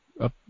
up